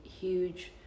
huge